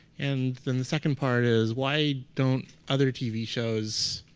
and then the second part is, why don't other tv shows